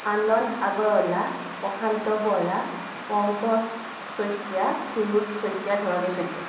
Ananda Agarwala Prashanta Bora Pankaj Saikia Khirod Saikia Dharani Saikia